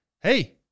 hey